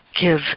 give